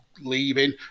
leaving